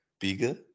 bigger